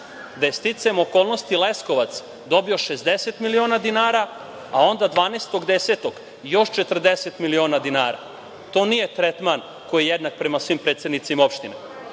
Da je sticajem okolnosti Leskovac dobio 60 miliona dinara, a onda 12. decembra još 40 miliona dinara. To nije tretman koji je jednak prema svim predsednicima opština. Na